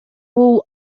бул